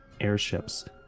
airships